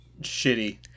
shitty